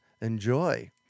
Enjoy